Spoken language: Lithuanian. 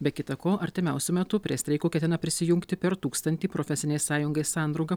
be kita ko artimiausiu metu prie streiko ketina prisijungti per tūkstantį profesinei sąjungai sandrauga